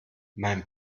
mein